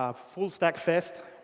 ah fullstackfest,